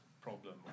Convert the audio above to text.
problem